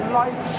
life